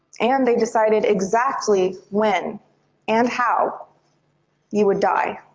and they decided exactly when and how you would die.